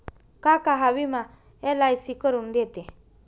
काका हा विमा एल.आय.सी करून देते